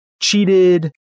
cheated